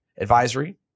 Advisory